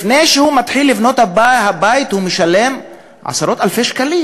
לפני שהוא מתחיל לבנות את הבית הוא משלם עשרות-אלפי שקלים: